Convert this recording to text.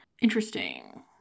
interesting